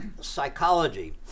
psychology